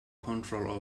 control